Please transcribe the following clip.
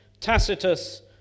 Tacitus